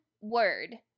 word